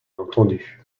entendu